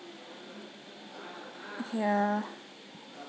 ya